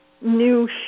new